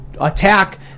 attack